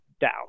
down